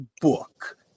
book